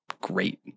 great